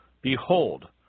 Behold